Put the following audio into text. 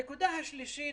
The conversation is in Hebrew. הנקודה השלישית,